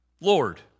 Lord